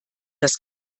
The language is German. das